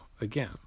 again